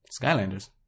skylanders